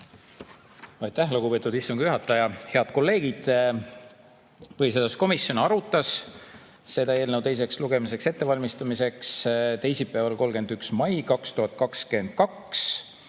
Aitäh, lugupeetud istungi juhataja! Head kolleegid! Põhiseaduskomisjon arutas selle eelnõu teise lugemise ettevalmistamist teisipäeval, 31. mail 2022.